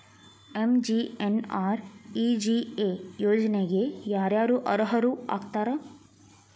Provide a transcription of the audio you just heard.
MGNREGA ಯೋಜನೆಗೆ ಯಾರ ಯಾರು ಅರ್ಹರು ಆಗ್ತಾರ?